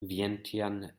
vientiane